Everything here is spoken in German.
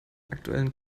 aktuellen